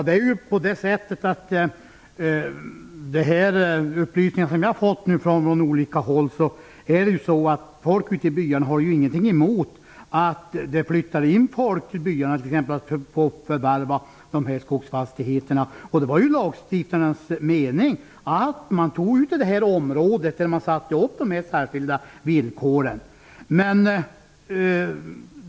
Herr talman! Enligt de upplysningar jag har fått från olika håll har folk ute i byarna inget emot att det flyttar in folk som får förvärva dessa skogsfastigheter. Det var ju lagstiftarens mening. Man tog ut det här området och satte upp särskilda villkor för det.